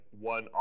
one